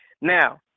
Now